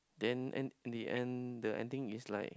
then end the end the ending is like